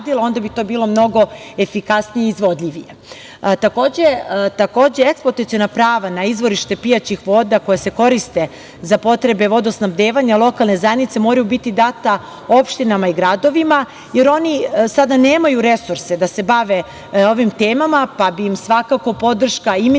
onda bi to bilo mnogo efikasnije i izvodljivije. Takođe, eksploataciona prava na izvorište pijaćih voda koja se koriste za potrebe vodosnabdevanja lokalne zajednice moraju biti data opštinama i gradovima jer oni sada nemaju resurse da se bave ovim temama pa bi im svakako podrška i